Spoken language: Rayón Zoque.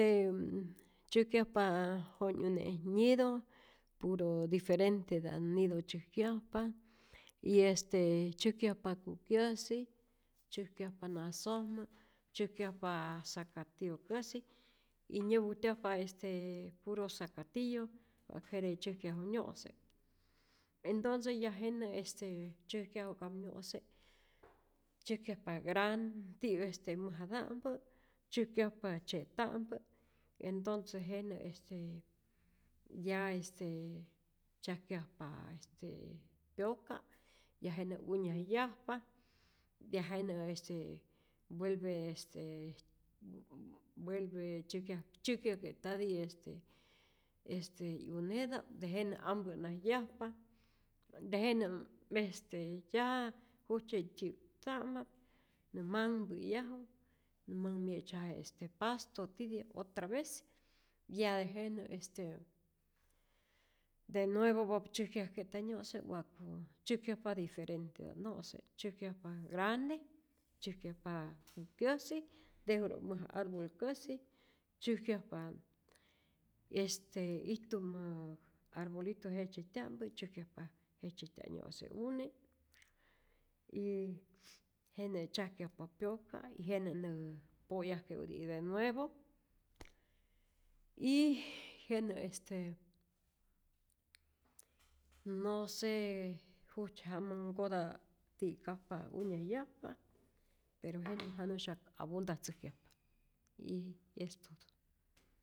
Te'm tzyäjkyajpa jo'nyune nyido puro diferentedam nido tzyäjkyajpa y este tzyäjkyajpa kukyäsi, tzyäjkyajpa nasojmä, tzyäjkyajpa zacatiokäsi y nyäpujtyajpa este puro sacatillo, wa'k jete tzyäjkyaju nyo'se', entonce ya jenä este tzyäjkyaju'kap nyo'se tzyäjkyajpa gran tiyäk este mäjata'mpä', tzyäjkyajpa tzye'ta'mpä, entonce jenä este ya este tzyajkyajpa este pyoka' ya jenä unyajyajpa, ya jenä este vuelve este vu vu vuelve tzyäjkyajke'tati este este 'yuneta'p tejenä ampä'najyajpa, tejenä este ya jujtzyepi'kta'map nä manhpäyaju, nä manh mye'tzyaje este pasto tityap otra vez, ya tejenä este de nuevopopap tzyäjkyajte'ta nyo'se wa'ku tzyäjkyajpa diferenteta'p no'se, tzyäjkyajpa grande, tzyäjkyajpa kukyäsi, ntejuro mäja arbolkäsi, tzyäjkyajpa este ijtumä arbolito jejtzyetya'mpä, tzyäjkyajpa jejtzyetya'p nyo'se'une y jenä tzyajkyajpa pyoka' y jenä nä po'yajke'uti'p de nuevo y jenä este, no se jujtzye jamamkota ti'kajpa unyajyajpa pero jenä janu'syak abundatzäjkyajpa, y es todo.